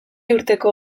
urteko